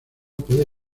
puede